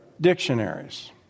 dictionaries